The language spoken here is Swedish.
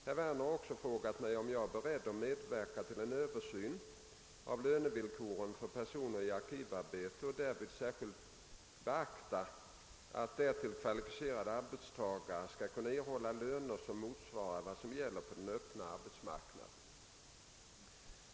Herr Werner har också frågat om jag är beredd att medverka till en översyn av lönevillkoren för personer i arkivarbete och därvid särskilt beakta att därtill kvalificerade arbetstagare skall kunna erhålla löner som motsvarar vad som gäller på den öppna arbetsmarknaden.